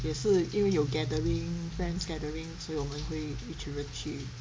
也是因为有 gathering fans gathering 随意我们会一组人去